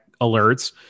alerts